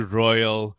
royal